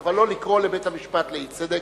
אבל לא לקרוא לו בית-המשפט לאי-צדק.